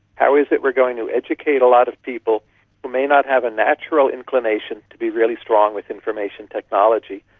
how is it we're going to educate a lot of people who may not have a natural inclination to be really strong with information technology?